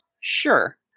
Sure